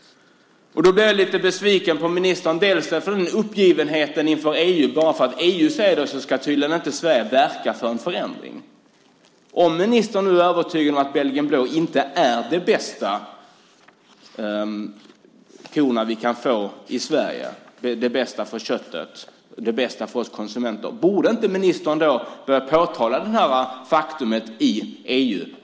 Då blir jag lite besviken på ministern, bland annat på grund av den här uppgivenheten inför EU. Bara för att EU säger så här ska Sverige tydligen inte verka för en förändring. Om ministern nu är övertygad om att belgisk blå inte är de bästa korna vi kan få i Sverige, det bästa köttet eller det bästa för oss konsumenter borde ministern då inte börja påtala detta faktum i EU?